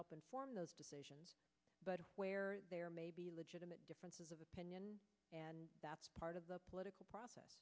help inform those decisions but where there may be legitimate differences of opinion and that's part of the political process